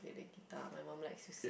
the guitar my mum likes